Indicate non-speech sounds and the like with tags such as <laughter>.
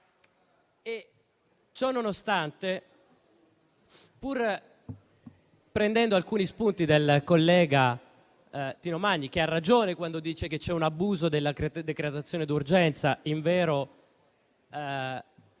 bisogno. <applause> Prendo alcuni spunti dal collega Tino Magni, che ha ragione quando dice che c'è un abuso della decretazione d'urgenza, invero